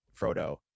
Frodo